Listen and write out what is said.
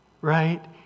Right